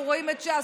אנחנו רואים את ש"ס,